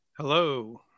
Hello